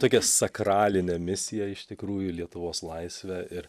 tokia sakralinė misija iš tikrųjų lietuvos laisvė ir